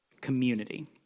community